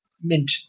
Mint